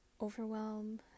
overwhelm